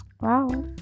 Wow